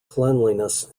cleanliness